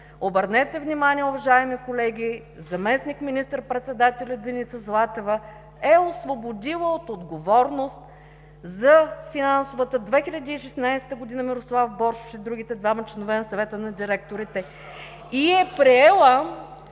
обърнете внимание уважаеми колеги, заместник-министър председателят Деница Златева е освободила от отговорност за финансовата 2016 г. Мирослав Боршош и другите двама членове на Съвета на директорите, и е приела